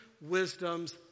wisdom's